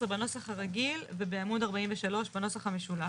בנוסח הרגיל ובעמוד 43 בנוסח המשולב.